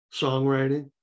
songwriting